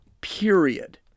period